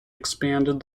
expanded